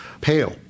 pale